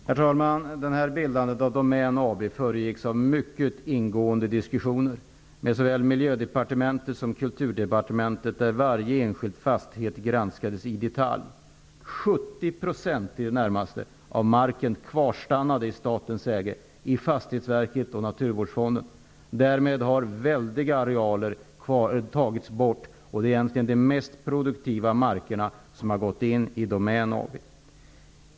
Herr talman! Bildandet av Domän AB föregicks av mycket ingående diskussioner med både Varje enskild fastighet granskades i detalj. I det närmaste 70 % av marken kvarstannade i statens ägo i Fastighetsverket och i Naturvårdsfonden. Därmed har väldiga arealer tagits bort. Det är egentligen de mest produktiva markerna som ingår i Domän AB.